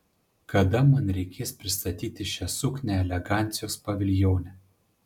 kada man reikės pristatyti šią suknią elegancijos paviljone